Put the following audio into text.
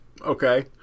okay